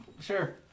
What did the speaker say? Sure